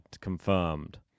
Confirmed